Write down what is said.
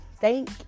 thank